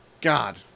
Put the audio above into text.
God